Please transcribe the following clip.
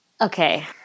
okay